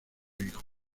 hijo